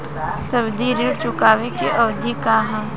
सावधि ऋण चुकावे के अवधि का ह?